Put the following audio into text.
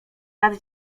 lat